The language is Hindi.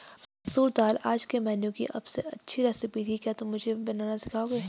मसूर दाल आज के मेनू की अबसे अच्छी रेसिपी थी क्या तुम मुझे बनाना सिखाओंगे?